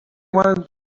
wanted